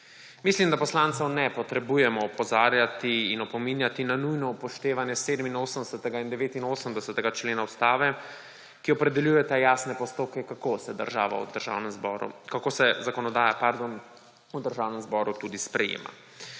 Mislim, da poslancev ne potrebujemo opozarjati in opominjati na nujno upoštevanje 87. in 89. člena Ustave, ki opredeljujeta jasne postopke, kako se zakonodaja v Državnem zboru tudi sprejema.